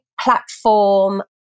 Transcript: platform